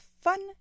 fun